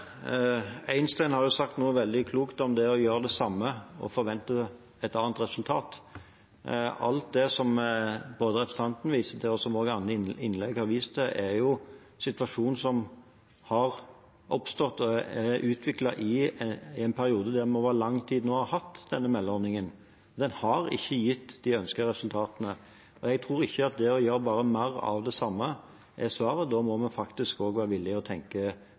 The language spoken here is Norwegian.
Einstein har sagt noe veldig klokt om det å gjøre det samme og forvente et annet resultat. Alt det som representanten viser til, og som også andre i sine innlegg har vist til, er at situasjonen som har oppstått, er utviklet i en periode der vi over lang tid nå har hatt denne meldeordningen. Den har ikke gitt de ønskede resultatene. Jeg tror ikke at det bare å gjøre mer av det samme, er svaret. Vi må faktisk være villig til å tenke